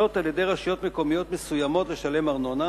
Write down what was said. על-ידי רשויות מקומיות מסוימות לשלם ארנונה,